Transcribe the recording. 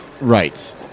Right